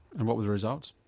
and what were the results?